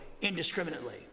indiscriminately